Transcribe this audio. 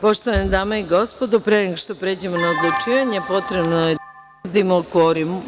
Poštovane dame i gospodo, pre nego što pređemo na odlučivanje, potrebno je da utvrdimo kvorum.